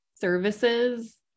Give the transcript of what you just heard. services